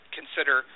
consider